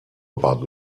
about